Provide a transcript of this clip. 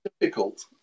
Difficult